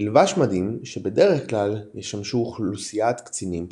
ילבש מדים שבדרך כלל ישמשו אוכלוסיית קצינים בכירים.